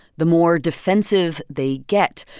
the more defensive they get.